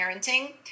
parenting